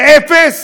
יהיה אפס?